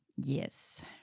yes